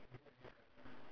there's something on other side